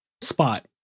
spot